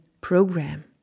program